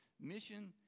mission